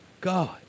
God